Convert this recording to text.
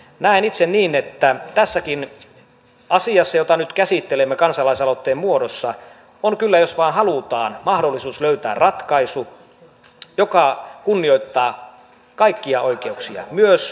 näen itse niin että tässäkin asiassa jota nyt käsittelemme kansalaisaloitteen muodossa on kyllä jos vain halutaan mahdollisuus löytää ratkaisu joka kunnioittaa kaikkia oikeuksia myös omantunnonvapautta